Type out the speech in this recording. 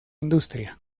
industria